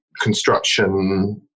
construction